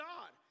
God